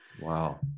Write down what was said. Wow